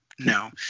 No